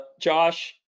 Josh